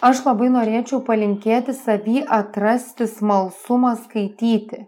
aš labai norėčiau palinkėti savy atrasti smalsumą skaityti